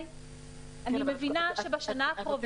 אני מבינה שבשנה הקרובה